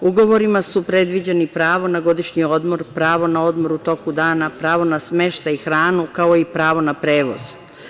Ugovorima su predviđeni pravo na godišnji odmor, pravo na odmor u toku dana, pravo na smeštaj i hranu, kao i pravo na prevoz.